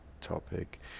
topic